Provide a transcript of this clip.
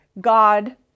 God